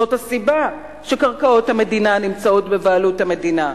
זאת הסיבה שקרקעות המדינה נמצאות בבעלות המדינה.